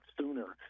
sooner